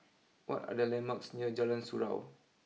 what are the landmarks near Jalan Surau